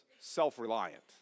self-reliant